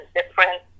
different